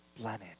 planet